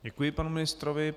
Děkuji panu ministrovi.